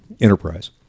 Enterprise